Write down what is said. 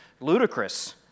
ludicrous